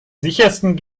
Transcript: sichersten